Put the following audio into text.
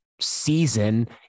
season